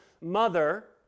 mother